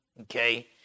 Okay